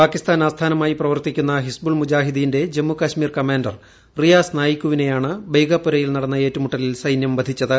പാകിസ്ഥാൻ ആസ്ഥാനമായി പ്രവർത്തിക്കുന്ന ഹിസ്ബുൾ മുജാഹിദീന്റെ ജമ്മു കാശ്മീർ കമാൻഡർ റിയാസ് നായ്ക്കുവിനെയാണ് ബെയ്ഗ്പൊരയിൽ നടന്ന ഏറ്റുമുട്ടലിൽ സൈനൃം വധിച്ചത്